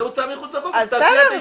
בסדר,